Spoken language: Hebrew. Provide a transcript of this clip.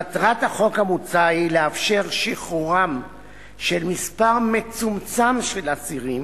מטרת החוק המוצע היא לאפשר שחרורם של מספר מצומצם של אסירים,